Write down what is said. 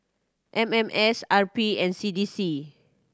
M M S R P and C D C